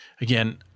Again